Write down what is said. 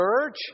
church